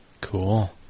Cool